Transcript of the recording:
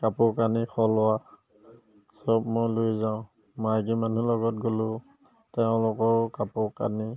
কাপোৰ কানি সলোৱা চব মই লৈ যাওঁ মাইকী মানুহৰ লগত গ'লেও তেওঁলোকৰো কাপোৰ কানি